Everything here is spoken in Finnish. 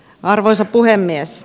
arvoisa puhemies